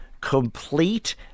complete